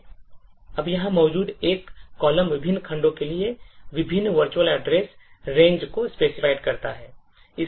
अब यहां मौजूद 1 कॉलम विभिन्न खंडों के लिए विभिन्न virtual address रेंज को specified करता है